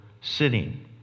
sitting